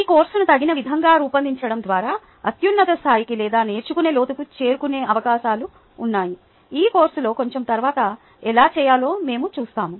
మీ కోర్సును తగిన విధంగా రూపొందించడం ద్వారా అత్యున్నత స్థాయికి లేదా నేర్చుకునే లోతుకు చేరుకునే అవకాశాలు ఉన్నాయి ఈ కోర్సులో కొంచెం తరువాత ఎలా చేయాలో మేము చూస్తాము